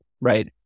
right